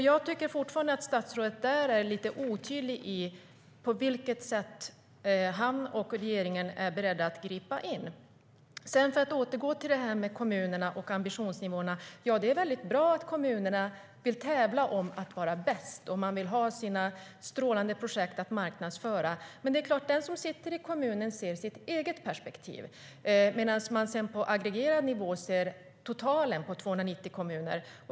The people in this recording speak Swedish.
Jag tycker fortfarande att statsrådet är lite otydlig med på vilket sätt han och regeringen är beredda att gripa in. För att återgå till kommunerna och ambitionsnivåerna är det bra att kommunerna vill tävla om att vara bäst och att man har sina strålande projekt att marknadsföra. Men det är klart att den som sitter i kommunen ser sitt eget perspektiv, medan man på aggregerad nivå ser totalen på 290 kommuner.